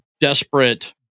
desperate